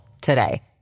today